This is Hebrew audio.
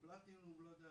פלטינום וכו',